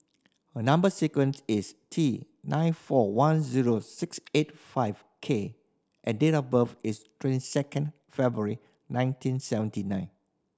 a number sequence is T nine four one zero six eight five K and date of birth is twenty second February nineteen seventy nine